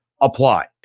apply